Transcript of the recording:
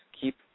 keep